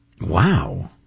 Wow